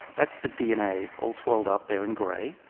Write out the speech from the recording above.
that's the dna all twirled up, there in grey.